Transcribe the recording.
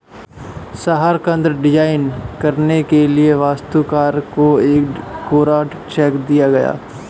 शहर केंद्र डिजाइन करने के लिए वास्तुकार को एक कोरा चेक दिया गया